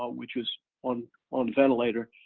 ah which is on on ventilator,